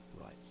Right